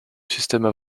systèmes